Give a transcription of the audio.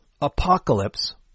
apocalypse